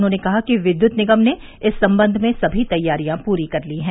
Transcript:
उन्होंने कहा कि विद्युत निगम ने इस संबंध में सभी तैयारियां पूरी कर ली हैं